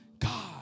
God